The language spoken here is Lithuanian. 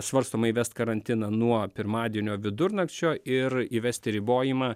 svarstoma įvest karantiną nuo pirmadienio vidurnakčio ir įvesti ribojimą